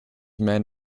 men